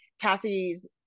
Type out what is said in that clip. cassie's